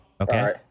Okay